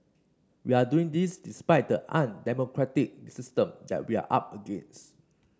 we are doing this despite the undemocratic system that we are up against